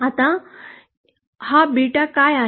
आता हा बीटा काय आहे